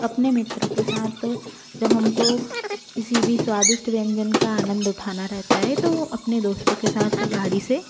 अपने मित्रों के साथ जब हमको किसी भी स्वादिष्ट व्यंजन का आनंद उठाना रहता है तो अपने दोस्तों के साथ तो गाड़ी से